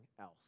else